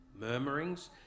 murmurings